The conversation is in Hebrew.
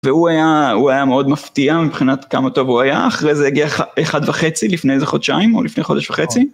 והוא היה הוא היה מאוד מפתיע מבחינת כמה טוב הוא היה אחרי זה הגיע אחד וחצי לפני איזה חודשיים או לפני חודש וחצי.